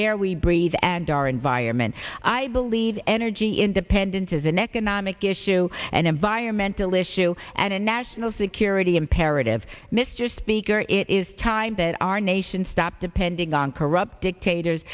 air we breathe and our environment i believe energy independence is an economic issue and environmental issue and a national security imperative mr speaker it is time that our nation stop depending on corrupt dictators